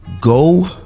Go